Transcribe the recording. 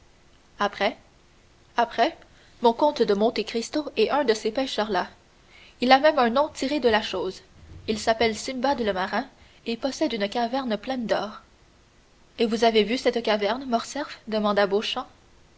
après après mon comte de monte cristo est un de ces pêcheurs là il a même un nom tiré de la chose il s'appelle simbad le marin et possède une caverne pleine d'or et vous avez vu cette caverne morcerf demanda